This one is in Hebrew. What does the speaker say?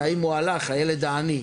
הילד העני,